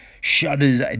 Shudders